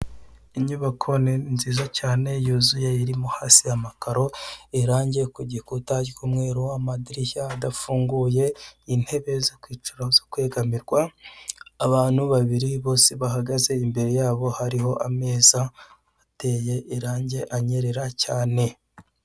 Inyubako nziza cyane, yuzuye, irimo hasi amakaro, irange ku gikuta ry'umweru, amadirishya adafunguye, intebe zo kwicaraho zo kwegamirwa, abantu babiri bose bahagaze, imbere yabo hariho ameza ateye irange, anyerera cyane.